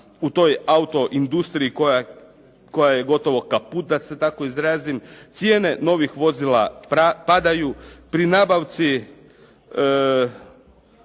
u toj autoindustriji koja je gotovo kaput, da se tako izrazim. Cijene novih vozila padaju. Prodati